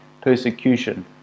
persecution